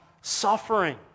suffering